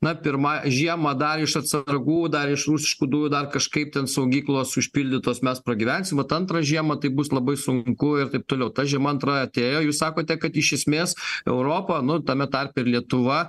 na pirmą žiemą dar iš atsargų dar iš rusiškų dujų dar kažkaip ten saugyklos užpildytos mes pragyvensim vat antrą žiemą tai bus labai sunku ir taip toliau ta žiema antra atėjo jūs sakote kad iš esmės europa nu tame tarpe ir lietuva